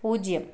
പൂജ്യം